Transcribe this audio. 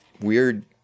weird